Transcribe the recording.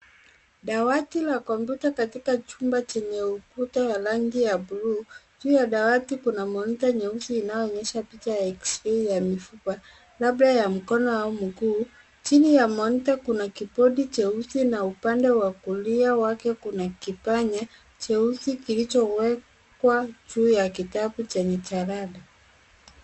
Dawati la computer katika chumba chenye ukuta wa rangi ya blue ,juu dawati kuna monitor nyeusi inayoonyesha picha ya x ray ya mifupa labda ya mkono au mkuu, chini ya monitor kuna kipodi cheusi na upande kulia wake kuna kipanya cheusi kilichowekwa juu ya kitabu cha jalada